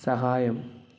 സഹായം